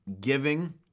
giving